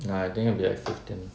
no I think it will be like fifteen